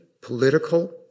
political